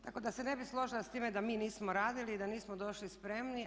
Tako da se ne bih složila s time da mi nismo radili i da nismo došli spremni.